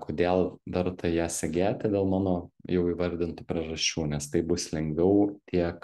kodėl verta ją segėti dėl mano jau įvardintų priežasčių nes taip bus lengviau tiek